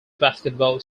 basketball